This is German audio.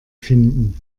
finden